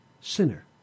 sinner